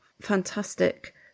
Fantastic